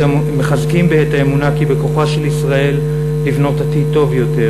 מחזקים בי את האמונה כי בכוחה של ישראל לבנות עתיד טוב יותר,